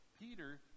Peter